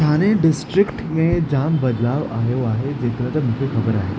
Thane district में जाम बदिलाउ आयो आहे जेकॾहिं त मूंखे ख़बरु आहे